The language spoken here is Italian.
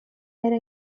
era